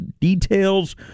details